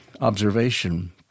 observation